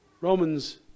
Romans